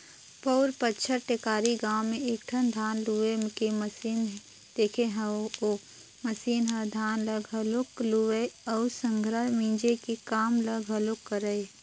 पउर बच्छर टेकारी गाँव में एकठन धान लूए के मसीन देखे हंव ओ मसीन ह धान ल घलोक लुवय अउ संघरा मिंजे के काम ल घलोक करय